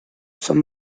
son